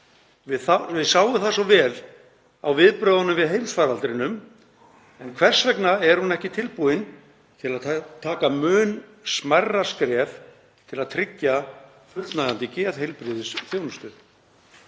Við sáum það svo vel á viðbrögðunum við heimsfaraldrinum. Hvers vegna er hún ekki tilbúin til að taka mun smærra skref til að tryggja fullnægjandi geðheilbrigðisþjónustu?